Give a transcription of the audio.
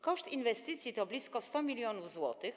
Koszt inwestycji to blisko 100 mln zł.